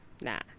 nah